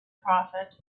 prophet